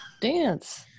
Dance